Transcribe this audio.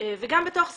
בתוך זה,